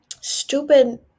stupid